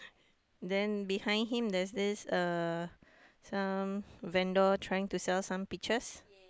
then behind him there's this uh some vendor trying to sell some peaches